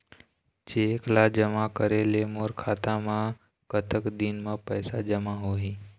Cheque ला जमा करे ले मोर खाता मा कतक दिन मा पैसा जमा होही?